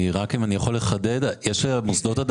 יש מוסדות שיש להם עד